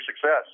success